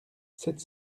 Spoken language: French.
sept